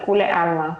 לכולי עלמא,